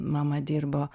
mama dirbo